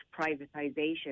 privatization